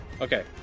Okay